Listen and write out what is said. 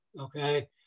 okay